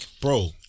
bro